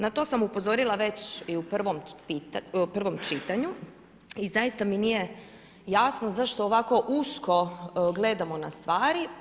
Na to sam upozorila već i u prvom čitanju i zaista mi nije jasno zašto ovako usko gledamo na stvari.